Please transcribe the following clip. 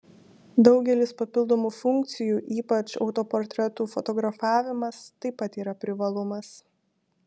daugelis papildomų funkcijų ypač autoportretų fotografavimas taip pat yra privalumas